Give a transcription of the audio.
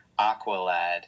Aqualad